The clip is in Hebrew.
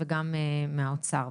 וגם מהאוצר.